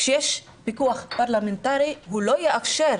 כשיש פיקוח פרלמנטרי הוא לא יאפשר,